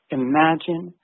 imagine